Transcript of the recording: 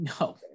No